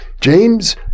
James